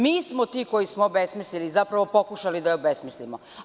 Mi smo ti koji smo je obesmismislili, zapravo pokušali da je obesmislimo.